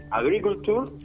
agriculture